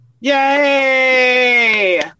Yay